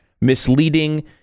misleading